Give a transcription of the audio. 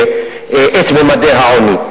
את ממדי העוני.